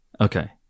Okay